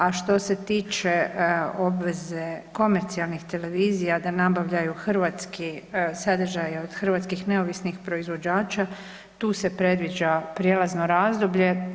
A što se tiče obveze komercijalnih televizija da nabavljaju hrvatski sadržaj od hrvatskih neovisnih proizvođača tu se predviđa prijelazno razdoblje.